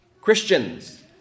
Christians